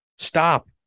Stop